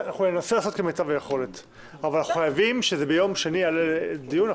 ננסה לעשות כמיטב היכולת אבל חייבים שביום שני יעלה לדיון.